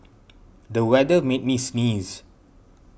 the weather made me sneeze